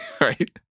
right